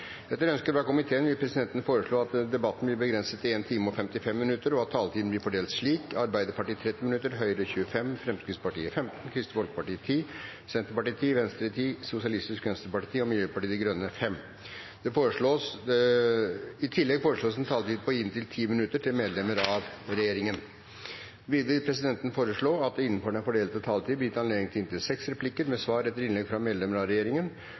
Etter ønske fra kirke-, utdannings- og forskningskomiteen vil presidenten foreslå at debatten blir begrenset til 1 time og 55 minutter, og at taletiden blir fordelt slik: Arbeiderpartiet 30 minutter, Høyre 25 minutter, Fremskrittspartiet 15 minutter, Kristelig Folkeparti 10 minutter, Senterpartiet 10 minutter, Venstre 10 minutter, Sosialistisk Venstreparti 10 minutter og Miljøpartiet De Grønne 5 minutter. I tillegg foreslås en taletid på inntil 10 minutter til medlemmer av regjeringen. Videre vil presidenten foreslå at det innenfor den fordelte taletid blir gitt anledning til inntil seks replikker med svar etter innlegg fra medlemmer av regjeringen,